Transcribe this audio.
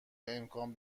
امکان